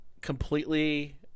completely